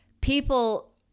People